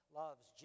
loves